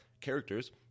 characters